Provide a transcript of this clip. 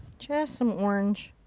just some orange.